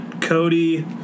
Cody